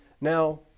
Now